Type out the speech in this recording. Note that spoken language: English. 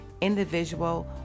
individual